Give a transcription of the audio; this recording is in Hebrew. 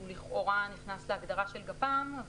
שהוא לכאורה נכנס להגדרה של גפ"מ.